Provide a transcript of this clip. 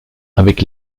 avec